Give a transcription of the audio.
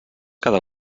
cada